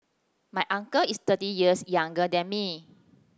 my uncle is thirty years younger than me